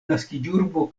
naskiĝurbo